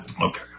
Okay